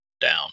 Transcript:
down